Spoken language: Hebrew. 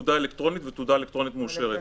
"תעודה אלקטרונית" ו"תעודה אלקטרונית מאושרת".